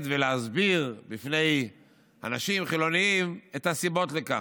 ולהסביר לפני אנשים חילונים את הסיבות לכך,